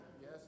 Yes